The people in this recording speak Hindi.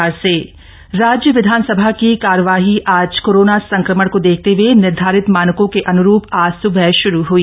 विधानसभा सत्र राज्य विधानसभा की कार्यवाही आज कोरोना संक्रमण को देखते हए निर्धारित मानकों के अन्रूप आज सुबह शुरू हई